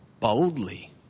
boldly